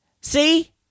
See